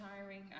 tiring